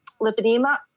lipedema